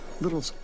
little